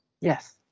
Yes